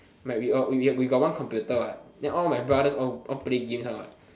like we all we we got one computer what then all my brothers all all play games one what